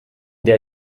der